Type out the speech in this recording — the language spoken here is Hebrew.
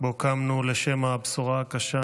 שבו קמנו לשמע הבשורה הקשה